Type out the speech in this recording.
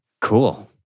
Cool